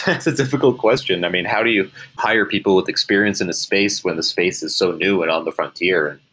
it's a difficult question. i mean, how do you hire people with experience in the space when the space is so new and on the frontier?